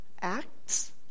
acts